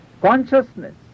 Consciousness